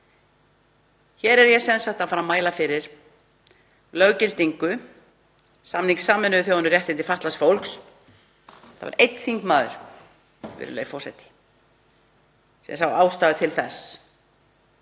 Hér er ég sem sagt að fara að mæla fyrir löggildingu samnings Sameinuðu þjóðanna um réttindi fatlaðs fólks. Það var einn þingmaður, virðulegi forseti, sem sá ástæðu til þess